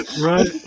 Right